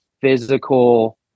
physical